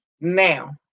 Now